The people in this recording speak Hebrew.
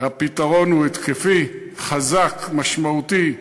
הפתרון הוא התקפי, חזק, משמעותי,